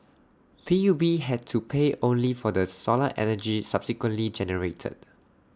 P U B had to pay only for the solar energy subsequently generated